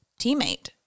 teammate